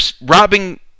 robbing